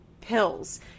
pills